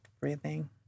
breathing